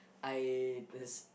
I